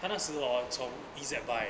她那时候 hor 从 E_Z buy